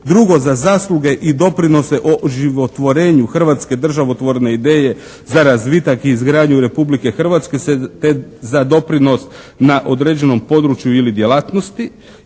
2. za zasluge i doprinose oživotvorenju Hrvatske državotvorne ideje za razvitak i izgradnju Republike Hrvatske te za doprinos na određenom području ili djelatnosti